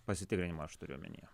pasitikrinimą aš turiu omenyje